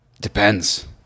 Depends